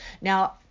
Now